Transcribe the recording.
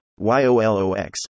YOLOX